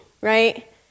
right